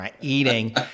Eating